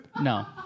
no